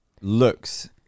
looks